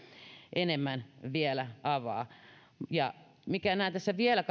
enemmän vielä avaa minkä näen tässä vielä